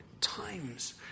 times